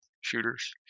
shooters